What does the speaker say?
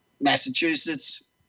Massachusetts